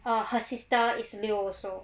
err her sister is leo also